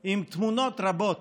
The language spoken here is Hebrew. עם תמונות רבות